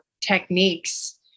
techniques